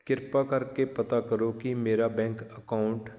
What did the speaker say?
ਕਿਰਪਾ ਕਰਕੇ ਪਤਾ ਕਰੋ ਕਿ ਮੇਰਾ ਬੈਂਕ ਅਕਾਊਂਟ